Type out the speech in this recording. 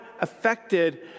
affected